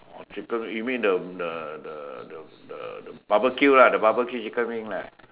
oh chicken you mean the the the the the barbecue ah the barbecue chicken wing lah